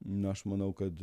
na aš manau kad